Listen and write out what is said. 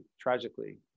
tragically